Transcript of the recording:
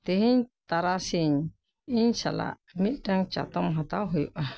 ᱛᱮᱦᱮᱧ ᱛᱟᱨᱥᱤᱧ ᱤᱧ ᱥᱟᱞᱟᱜ ᱢᱤᱫᱴᱟᱝ ᱪᱟᱛᱚᱢ ᱦᱟᱛᱟᱣ ᱦᱩᱭᱩᱜᱼᱟ